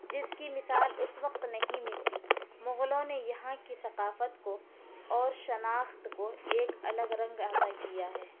جس کی مثال اس وقت نہیں ملتی مغلوں نے یہاں کی ثقافت کو اور شناخت کو ایک الگ رنگ عطا کیا ہے